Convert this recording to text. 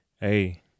hey